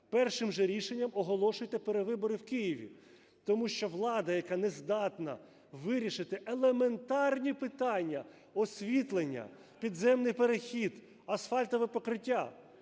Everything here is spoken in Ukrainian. першим же рішенням оголошуйте перевибори в Києві. Тому що влада, яка не здатна вирішили елементарні питання: освітлення, підземний перехід, асфальтове покриття,